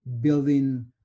building